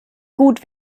gut